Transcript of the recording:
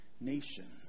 Nations